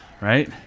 Right